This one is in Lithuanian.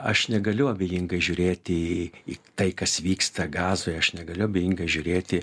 aš negaliu abejingai žiūrėti į į tai kas vyksta gazoje aš negaliu abejingai žiūrėti